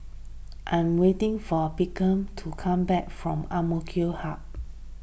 I am waiting for Beckham to come back from Amk Hub